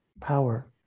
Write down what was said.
power